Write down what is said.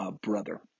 brother